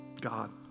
God